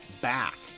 back